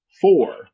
four